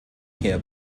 herr